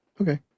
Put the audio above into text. Okay